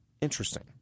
Interesting